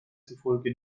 zufolge